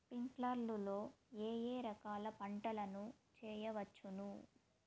స్ప్రింక్లర్లు లో ఏ ఏ రకాల పంటల ను చేయవచ్చును?